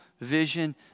vision